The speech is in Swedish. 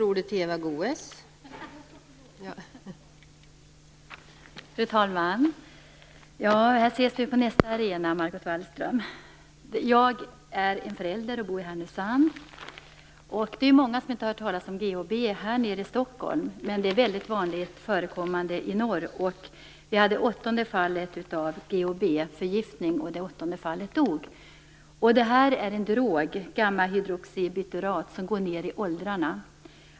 Fru talman! Här ses vi på nästa arena, Margot Jag är förälder och bor i Härnösand. Det är många som inte har hört talas om GHB här i Stockholm, men det är väldigt vanligt förekommande i norr. Vi hade det åttonde fallet av GHB-förgiftning, och den personen dog. Användingen av den här drogen, gammahydroxybuturat, går allt längre ned i åldrarna.